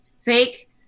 fake